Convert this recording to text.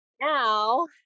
Now